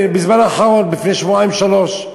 בזמן האחרון, לפני שבועיים-שלושה.